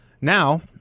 Now